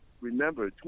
Remember